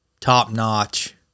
top-notch